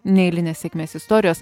neeilinės sėkmės istorijos